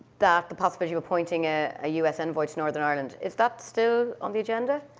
that the possibility of appointing a ah us envoy to northern ireland is that still on the agenda?